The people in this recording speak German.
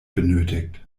benötigt